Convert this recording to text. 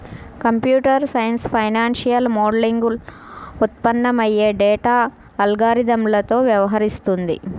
computer science financial మోడలింగ్లో ఉత్పన్నమయ్యే data అల్గారిథమ్లతో వ్యవహరిస్తుంది